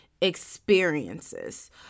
experiences